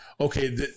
okay